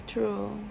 true